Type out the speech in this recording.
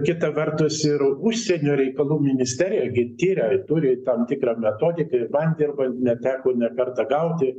kita vertus ir užsienio reikalų ministerija gi tiria turi tam tikrą metodiką ir bandė arba neteko ne kartą gauti